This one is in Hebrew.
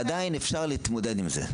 ועדיין אפשר להתמודד עם זה.